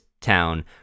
town